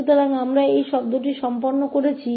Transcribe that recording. तो हम इस शब्द के साथ भी कर रहे हैं